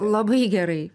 labai gerai